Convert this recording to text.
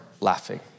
laughing